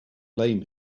blame